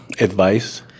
advice